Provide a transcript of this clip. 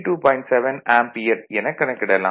7 ampere எனக் கணக்கிடலாம்